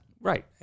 Right